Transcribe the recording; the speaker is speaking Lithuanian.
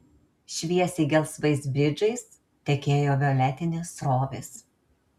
šviesiai gelsvais bridžais tekėjo violetinės srovės